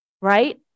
right